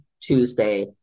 tuesday